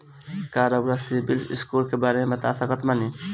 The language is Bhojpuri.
का रउआ सिबिल स्कोर के बारे में बता सकतानी?